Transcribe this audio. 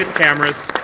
cameras.